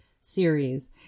series